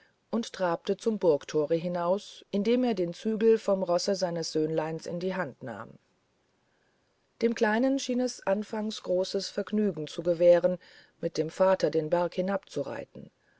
und trabte zum burgtore hinaus indem er den zügel vom rosse seines söhnleins in die hand nahm dem kleinen schien es anfangs großes vergnügen zu gewähren mit dem vater den berg hinabzureiten